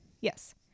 Yes